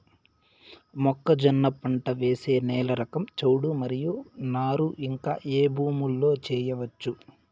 మొక్కజొన్న పంట వేసే నేల రకం చౌడు మరియు నారు ఇంకా ఏ భూముల్లో చేయొచ్చు?